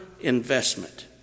investment